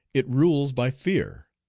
it rules by fear,